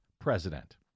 president